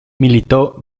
militó